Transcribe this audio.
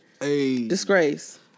Disgrace